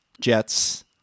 Jets